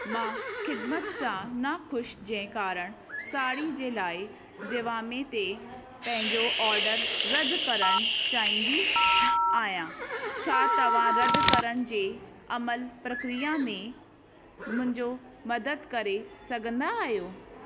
मां खिदमत सां नाख़ुशि जे कारणु साड़ी जे लाइ जिवामे ते पंहिंजो ऑर्डर रद्द करणु चाहींदी आहियां छा तव्हां रद्द करण जे अमल प्रक्रिया में मुंहिंजो मदद करे सघंदा आहियो